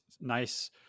nice